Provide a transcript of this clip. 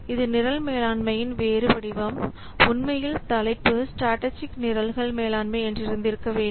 இது நிரல் மேலாண்மையின் வேறு வடிவம் உண்மையில் தலைப்பு ஸ்ட்ராடஜிக் நிரல்கள் மேலாண்மை என்று இருந்திருக்க வேண்டும்